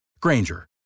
Granger